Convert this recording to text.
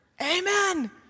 Amen